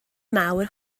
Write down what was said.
mawr